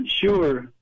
sure